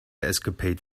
escapade